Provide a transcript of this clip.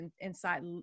inside